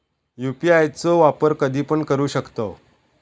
UPI चो वापर कधीपण करू शकतव?